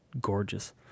gorgeous